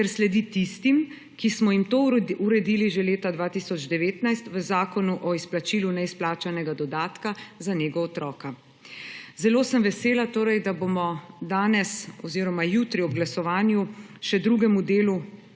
ter sledi tistim, ki smo jim to uredili že leta 2019 v Zakonu o izplačilu neizplačanega dodatka za nego otroka. Zelo sem vesela, da bomo danes oziroma jutri ob glasovanju še drugemu delu